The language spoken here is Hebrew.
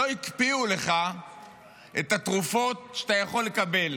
לא הקפיאו לך את התרופות שאתה יכול לקבל.